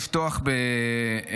--- הגיע הזמן שתפסיקו להתעסק בנושא הזה.